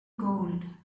gold